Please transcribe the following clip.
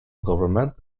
government